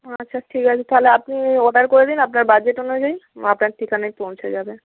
আচ্ছা ঠিক আছে তাহলে আপনি অর্ডার করে দিন আপনার বাজেট অনুযায়ী আপনার ঠিকানায় পৌঁছে যাবে